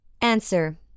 Answer